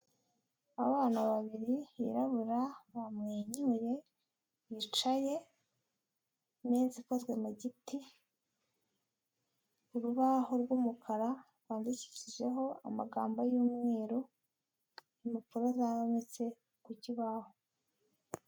Abana babiri birabura bamwenyuye bicaye ku meza ikozwe mu giti. Urubaho rw'umukara rwandikishijeho amagambo y'umweru impapuro zometse ku kibaho.